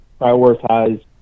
prioritize